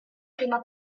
prima